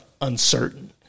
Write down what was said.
uncertain